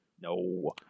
No